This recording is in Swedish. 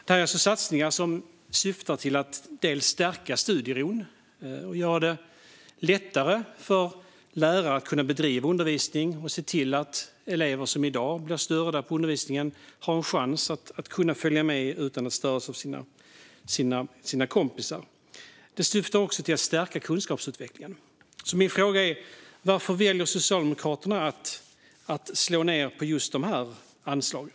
Det här alltså satsningar som syftar till att stärka studieron och göra det lättare för lärare att bedriva undervisning och se till att elever som i dag blir störda på undervisningen har en chans att följa med utan att störas av sina kompisar. De syftar också till att stärka kunskapsutvecklingen. Min fråga är varför Socialdemokraterna väljer att slå ned på just de här anslagen.